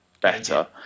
better